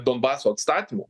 donbaso atstatymų